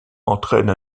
entraine